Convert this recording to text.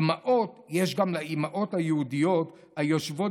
דמעות יש גם לאימהות היהודיות היושבות